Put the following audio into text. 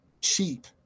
cheap